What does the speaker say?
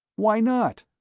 why not?